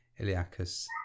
iliacus